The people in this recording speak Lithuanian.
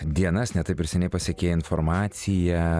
dienas ne taip ir seniai pasiekė informacija